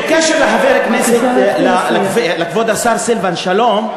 בקשר לכבוד השר סילבן שלום,